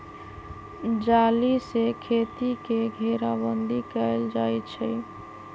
जाली से खेती के घेराबन्दी कएल जाइ छइ